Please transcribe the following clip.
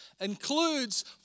includes